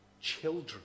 children